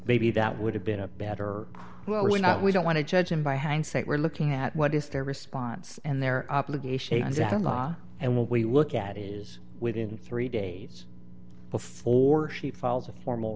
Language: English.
maybe that would have been a better well we're not we don't want to judge him by hindsight we're looking at what is their response and their obligations our law and what we look at is within three days before she files a formal